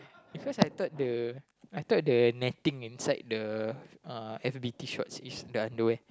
because I thought the I thought the netting inside the uh f_b_t shorts in the underwear